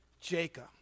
Jacob